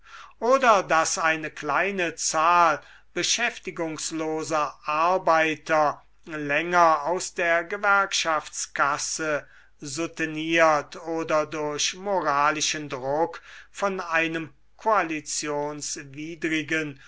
oder daß eine kleine zahl beschäftigungsloser arbeiter länger aus der gewerkschaftskasse souteniert oder durch moralischen druck von einem